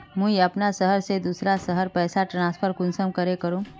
मुई अपना शहर से दूसरा शहर पैसा ट्रांसफर कुंसम करे करूम?